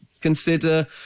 consider